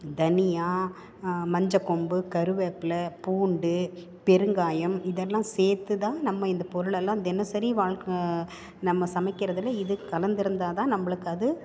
தனியாக மஞ்சக்கொம்பு கருவேப்பிலை பூண்டு பெருங்காயம் இதெல்லாம் சேர்த்து தான் நம்ம இந்த பொருளெல்லாம் தினசரி வாழ்க்க நம்ம சமைக்கிறதில் இது கலந்திருந்தா தான் நம்மளுக்கு அது